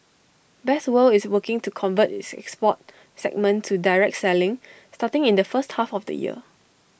best world is working to convert its export segment to direct selling starting in the first half of the year